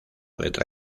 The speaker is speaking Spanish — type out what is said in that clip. letra